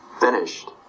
finished